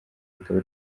rikaba